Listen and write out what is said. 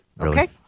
Okay